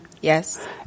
Yes